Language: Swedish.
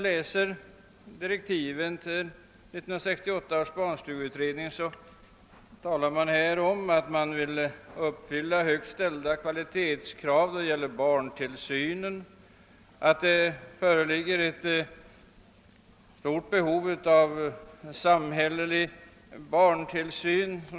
I direktiven till 1968 års barnstugeutredning talas det om att man skall fylla högt ställda kvalitetskrav när det gäller barntillsynen och att det föreligger ett stort behov av organiserad samhällelig barntillsyn.